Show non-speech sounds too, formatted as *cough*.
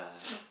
*noise*